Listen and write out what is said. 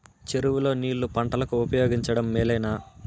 చెరువు లో నీళ్లు పంటలకు ఉపయోగించడం మేలేనా?